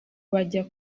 bajya